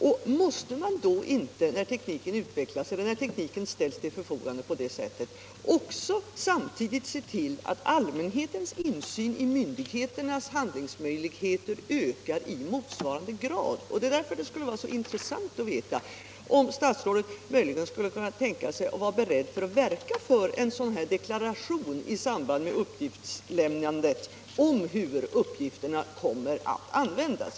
Och måste man då inte också, när tekniken utvecklas och ställs till förfogande på det sättet, samtidigt se till att allmänhetens insyn i myndigheternas handlingsmöjligheter ökar i motsvarande grad? Det är därför det skulle vara så intressant att få veta om statsrådet möjligen skulle kunna tänka sig att i samband med uppgiftslämnandet verka för en sådan deklaration om hur uppgifterna kommer att användas.